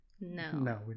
No